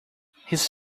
his